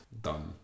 done